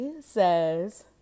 says